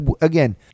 Again